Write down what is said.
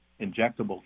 injectable